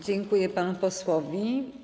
Dziękuję panu posłowi.